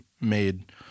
made